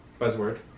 buzzword